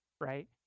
Right